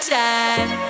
time